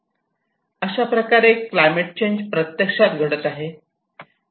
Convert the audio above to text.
अशाप्रकारे climate change प्रत्यक्षात घडत आहे